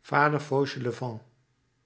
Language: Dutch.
vader fauchelevent